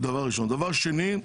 דבר שני.